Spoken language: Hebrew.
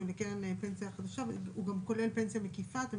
לקרן פנסיה חדשה, והוא גם כולל פנסיה מקיפה.